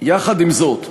עם זאת,